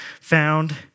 found